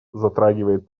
затрагивает